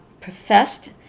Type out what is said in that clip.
professed